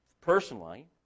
personally